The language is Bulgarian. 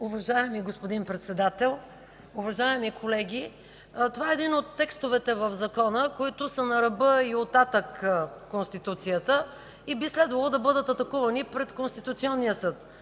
Уважаеми господин Председател, уважаеми колеги! Това е един от текстовете в закона, които са на ръба и оттатък Конституцията и би следвало да бъдат атакувани пред Конституционния съд.